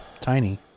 Tiny